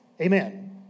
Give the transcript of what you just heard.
Amen